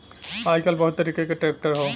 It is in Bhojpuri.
आजकल बहुत तरीके क ट्रैक्टर हौ